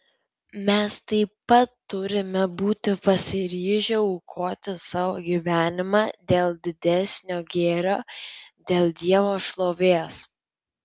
mes taip pat turime būti pasiryžę aukoti savo gyvenimą dėl didesnio gėrio dėl dievo šlovės